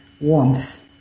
warmth